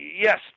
yes